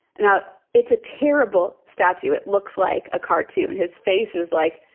now, it's a terrible statue. it looks like a cartoon. his face is, like,